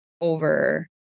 over